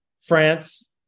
France